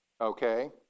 Okay